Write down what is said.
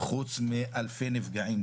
חוץ מאלפי נפגעים.